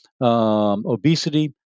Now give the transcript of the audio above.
obesity